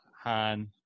Han